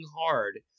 hard